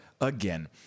again